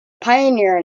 pioneer